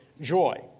joy